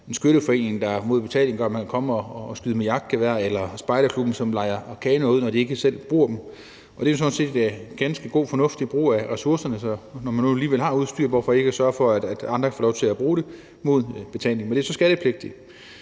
en skytteforening, der mod betaling gør det muligt, at man kan komme og skyde med jagtgevær, eller spejderklubben, som lejer kanoer ud, når de ikke selv bruger dem. Det er jo sådan set ganske god, fornuftig brug af ressourcerne. Når man nu alligevel har udstyr, hvorfor så ikke sørge for, at andre kan få lov til at bruge det mod betaling? Men det er så skattepligtigt.